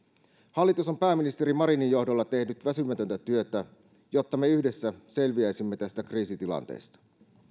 hallitus on pääministeri marinin johdolla tehnyt väsymätöntä työtä jotta me yhdessä selviäisimme tästä kriisitilanteesta